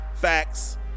facts